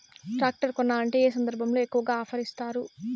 Tractor కొనాలంటే ఏ సందర్భంలో ఎక్కువగా ఆఫర్ ఇస్తారు?